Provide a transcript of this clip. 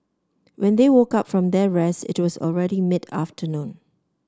when they woke up from their rest it was already mid afternoon